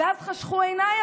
ואז חשכו עיניי,